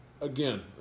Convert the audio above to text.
again